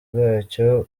bwacyo